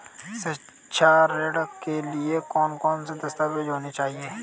शिक्षा ऋण के लिए कौन कौन से दस्तावेज होने चाहिए?